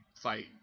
fight